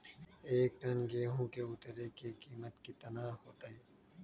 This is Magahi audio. एक टन गेंहू के उतरे के कीमत कितना होतई?